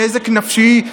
נזק נפשי,